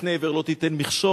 "לפני עור לא תתן מכשל".